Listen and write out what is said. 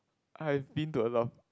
I've been to a lot of